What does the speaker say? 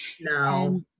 No